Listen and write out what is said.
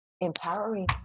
empowering